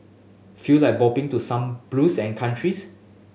feel like bopping to some blues and countries